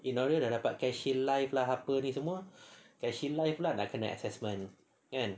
in order dah dapat cash in life lah apa ni semua cash in life lah pula nak kena assessment kan